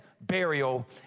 burial